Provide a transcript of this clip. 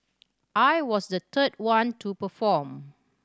I was the third one to perform